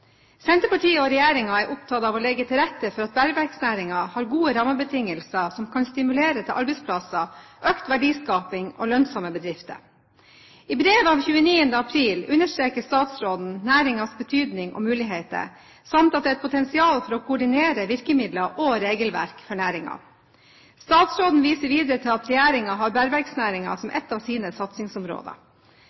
Senterpartiet og regjeringen er opptatt av å legge til rette for at bergverksnæringen har gode rammebetingelser som kan stimulere til arbeidsplasser, økt verdiskaping og lønnsomme bedrifter. I brev av 29. april understreker statsråden næringens betydning og muligheter, samt at det er et potensial for å koordinere virkemidler og regelverk for næringen. Statsråden viser videre til at regjeringen har bergverksnæringen som et av sine satsingsområder.